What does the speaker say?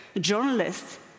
journalists